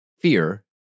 fear